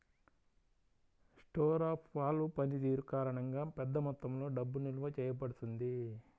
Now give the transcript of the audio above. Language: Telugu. స్టోర్ ఆఫ్ వాల్వ్ పనితీరు కారణంగా, పెద్ద మొత్తంలో డబ్బు నిల్వ చేయబడుతుంది